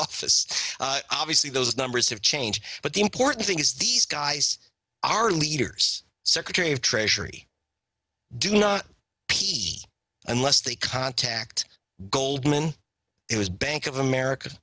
office obviously those numbers have changed but the important thing is these guys are leaders secretary of treasury do not unless they contact goldman it was bank of america